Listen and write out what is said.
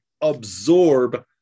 absorb